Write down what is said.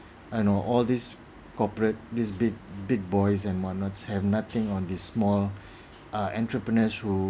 and all these corporate this big big boys and what not have nothing on this small entrepreneurs who